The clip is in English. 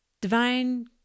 Divine